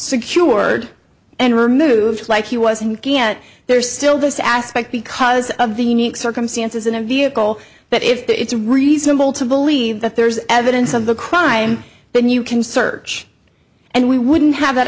secured and removed like he was thinking at there's still this aspect because of the unique circumstances in a vehicle but if it's reasonable to believe that there's evidence of the crime then you can search and we wouldn't have that